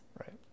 Right